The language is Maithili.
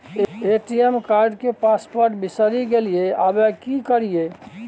ए.टी.एम कार्ड के पासवर्ड बिसरि गेलियै आबय की करियै?